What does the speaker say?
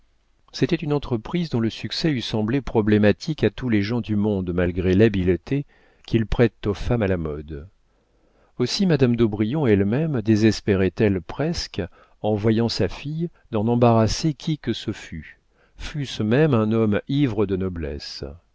c'était une entreprise dont le succès eût semblé problématique à tous les gens du monde malgré l'habileté qu'ils prêtent aux femmes à la mode aussi madame d'aubrion elle-même désespérait elle presque en voyant sa fille d'en embarrasser qui que ce fût fût-ce même un homme ivre de noblesse